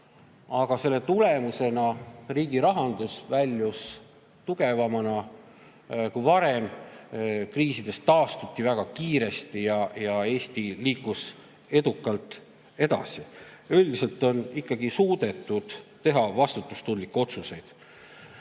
aga selle tulemusena väljus riigi rahandus kriisidest tugevamana kui varem, kriisidest taastuti väga kiiresti ja Eesti liikus edukalt edasi. Üldiselt on ikkagi suudetud teha vastutustundlikke otsuseid.